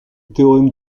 théorème